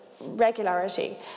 regularity